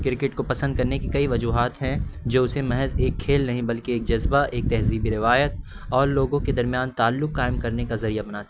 cricket کو پسند کرنے کی کئی وجوہات ہیں جو اسے محض ایک کھیل نہیں بلکہ ایک جذبہ ایک تہذیبی روایت اور لوگوں کے درمیان تعلق قائم کرنے کا ذریعہ بناتی ہے